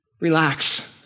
Relax